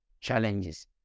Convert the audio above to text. challenges